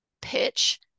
pitch